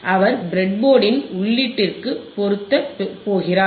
அவர் ப்ரெட்போர்டின் உள்ளீட்டிற்கு பொருத்த போகிறார்